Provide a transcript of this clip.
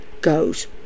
goes